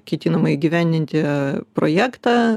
ketinama įgyvendinti projektą